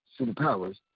superpowers